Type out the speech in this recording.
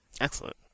Excellent